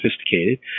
sophisticated